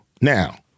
now